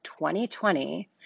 2020